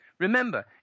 Remember